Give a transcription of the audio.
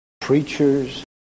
preachers